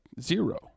Zero